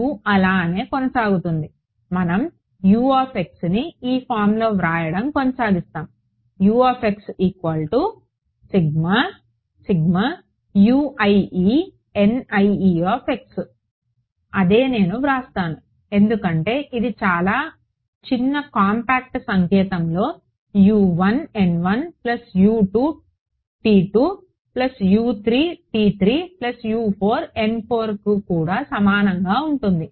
U అలానే కొనసాగుతుంది మనం ని ఈ ఫారమ్లో వ్రాయడం కొనసాగిస్తాము అదే నేను వ్రాస్తాను ఎందుకంటే ఇది చాలా చిన్న కాంపాక్ట్ సంకేతంలో కూడా సమానంగా ఉంటుంది